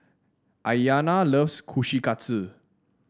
Aiyana loves Kushikatsu